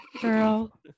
girl